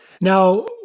Now